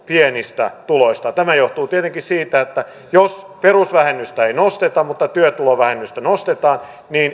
pienistä tuloistaan tämä johtuu tietenkin siitä että jos perusvähennystä ei nosteta mutta työtulovähennystä nostetaan